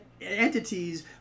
entities